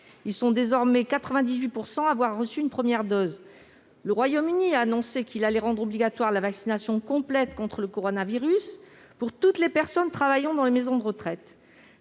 ils sont désormais 98 % à avoir reçu une première dose. Le Royaume-Uni a annoncé qu'il allait rendre obligatoire la vaccination complète contre le coronavirus pour toutes les personnes travaillant dans les maisons de retraite.